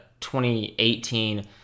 2018